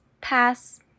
pass